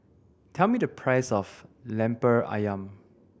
tell me the price of Lemper Ayam